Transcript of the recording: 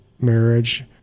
marriage